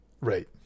Right